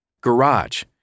Garage